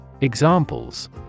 Examples